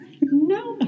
No